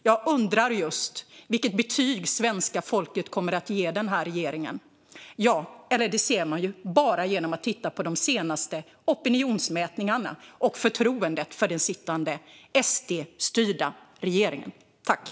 Jag undrar just vilket betyg svenska folket kommer att ge den här regeringen - eller ja, det ser man ju bara genom att titta på de senaste opinionsmätningarna och hur förtroendet för den sittande, SD-styrda regeringen ser ut.